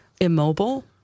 immobile